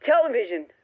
television